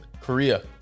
Korea